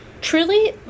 Truly